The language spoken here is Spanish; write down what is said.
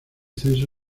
censo